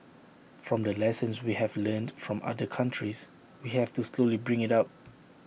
from the lessons we have learnt from other countries we have to slowly bring IT up